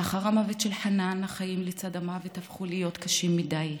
לאחר המוות של חנאן החיים לצד המוות הפכו להיות קשים מדי.